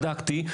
בדקתי,